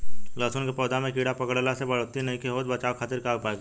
लहसुन के पौधा में कीड़ा पकड़ला से बढ़ोतरी नईखे होत बचाव खातिर का उपाय करी?